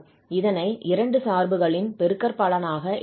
இதனை இரண்டு சார்புகளின் பெருக்கற்பலனாக எழுதலாம்